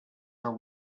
are